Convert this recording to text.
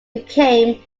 became